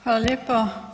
Hvala lijepo.